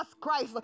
Christ